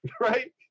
right